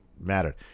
mattered